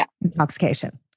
intoxication